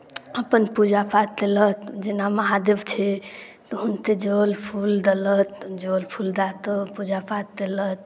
अपन पूजा पाठ तेलत जेना महादेव छै तऽ हुनते जल फूल देलत जल फूल दए तऽ पूजा पाठ तेलत